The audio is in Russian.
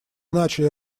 начали